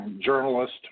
Journalist